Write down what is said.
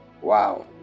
Wow